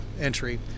entry